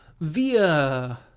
via